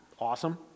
awesome